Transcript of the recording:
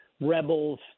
rebels